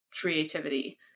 creativity